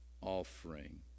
offering